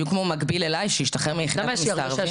בדיוק כמו מקביל אליי שהשתחרר מיחידת המסתערבים.